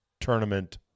tournament